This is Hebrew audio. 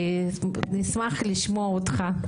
נשמח לשמוע אותך.